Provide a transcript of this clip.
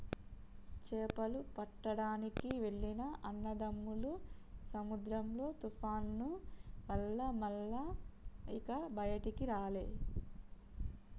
చేపలు పట్టడానికి వెళ్లిన అన్నదమ్ములు సముద్రంలో తుఫాను వల్ల మల్ల ఇక బయటికి రాలే